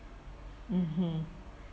mmhmm